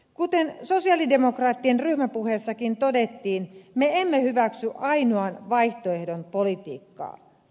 kuten sosialidemokraattien ryhmäpuheessakin todettiin me emme hyväksy ainoan vaihtoehdon politiikkaa